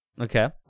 Okay